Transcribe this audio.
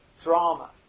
drama